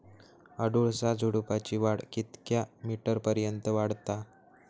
अडुळसा झुडूपाची वाढ कितक्या मीटर पर्यंत वाढता?